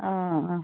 অ অ